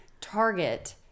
Target